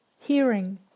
Hearing